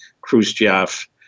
Khrushchev